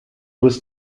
was